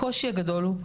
הקושי הגדול הוא,